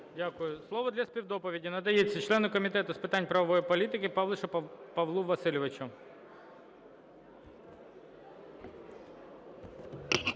Дякую. Слово для співдоповіді надається члену Комітету з питань правової політики Павлішу Павлу Васильовичу.